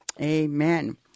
amen